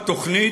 התוכנית,